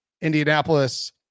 Indianapolis